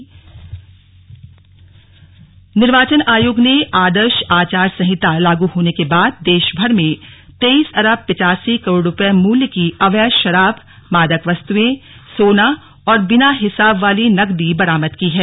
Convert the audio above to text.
अवैध वस्तुएं बरामद निर्वाचन आयोग ने आदर्श आचार संहिता लागू होने के बाद देश भर में तेइस अरब पिचासी करोड़ रूपये मूल्य की अवैध शराब मादक वस्तुएं सोना और बिना हिसाब वाली नकदी बरामद की है